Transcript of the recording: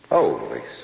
Holy